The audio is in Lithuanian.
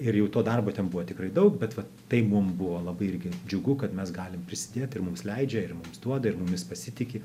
ir jau to darbo ten buvo tikrai daug bet va tai mum buvo labai irgi džiugu kad mes galim prisidėt ir mums leidžia ir mums duoda ir mumis pasitiki